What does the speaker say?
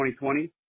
2020